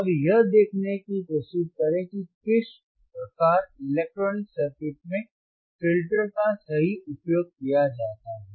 और यह देखने की कोशिश करें कि किस प्रकार के इलेक्ट्रॉनिक सर्किट में फिल्टर का सही उपयोग किया जाता है